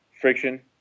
friction